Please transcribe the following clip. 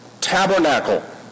tabernacle